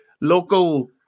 local